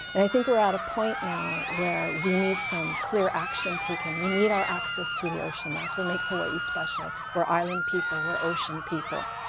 and i think we're at a point now where we need some clear action taken. we need our access to the ocean. that's what makes hawai'i special. we're island people. we're ocean people.